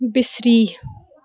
بِصری